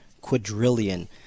quadrillion